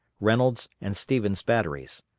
reynolds', and stevens' batteries.